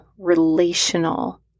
relational